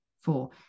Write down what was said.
four